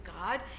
God